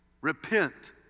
Repent